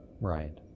right